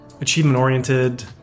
achievement-oriented